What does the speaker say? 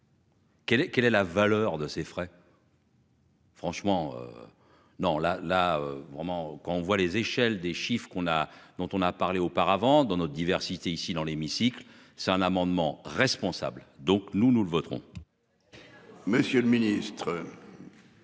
quelle est la valeur de ces frais. Franchement. Non là là vraiment quand on voit les échelles des chiffre qu'on a, dont on a parlé auparavant dans notre diversité ici dans l'hémicycle. C'est un amendement responsable. Donc nous nous le voterons. Monsieur le ministre.